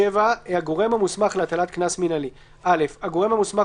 הגורם המוסמך להטלת קנס מינהלי 7. (א) הגורם המוסמך